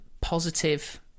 positive